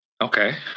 Okay